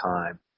time